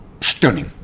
stunning